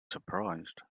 surprised